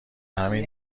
همین